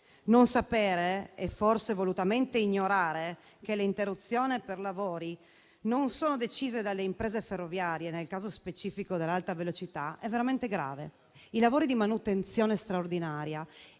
Non sapere e forse volutamente ignorare che le interruzioni per lavori non sono decise dalle imprese ferroviarie (nel caso specifico dell'Alta velocità) è veramente grave. I lavori di manutenzione straordinaria